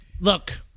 Look